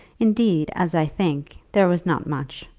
indeed, as i think, there was not much,